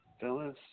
Phyllis